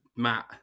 Matt